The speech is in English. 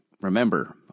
remember